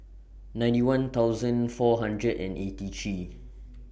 ninety one thousand four hundred and eighty three